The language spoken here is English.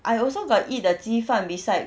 I also got eat the 鸡饭 beside